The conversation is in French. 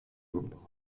membres